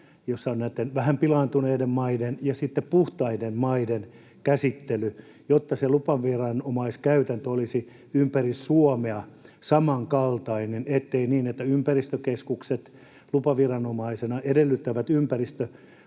jossa on näitten vähän pilaantuneiden maiden käsittely ja sitten puhtaiden maiden käsittely, jotta se lupaviranomaiskäytäntö olisi ympäri Suomea samankaltainen? Ettei niin, että ympäristökeskukset lupaviranomaisena edellyttävät ympäristölupia,